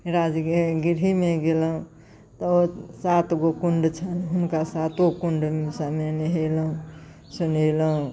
राजगिढ़ीमे गेलहुँ तऽ ओ सातगो कुण्ड छनि हुनका सातो कुण्डसँ नहेलहुँ सोनेलहुँ